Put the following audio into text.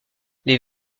les